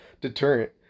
deterrent